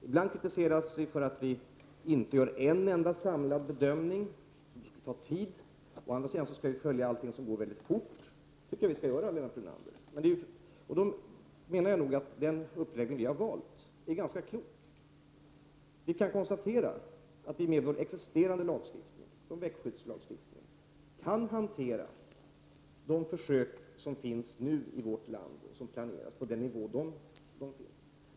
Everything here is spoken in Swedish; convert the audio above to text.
Ibland kritiseras regeringen för att vi inte gör en enda samlad bedömning, något som skulle ta tid. Å andra sidan skall vi följa utvecklingen som går mycket snabbt. Det tycker jag att vi skall göra, Lennart Brunander. Men jag menar att den uppläggning som vi har valt är ganska klok. Vi kan konstatera att vi med vår existerande lagstiftning, såsom växtskyddslagstiftningen, kan hantera de försök som görs och planeras nu i vårt land, på den nivå de ligger.